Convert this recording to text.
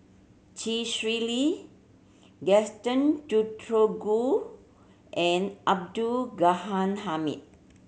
Chee Swee Lee Gaston Dutronquoy and Abdul Ghani Hamid